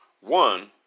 One